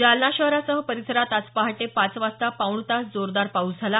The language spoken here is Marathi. जालना शहरासह परिसरात आज पहाटे पाच वाजता पाऊण तास जोरदार पाऊस झाला